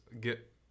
get